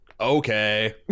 okay